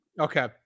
okay